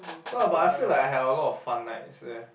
so but I feel like I have a lot of fun nights eh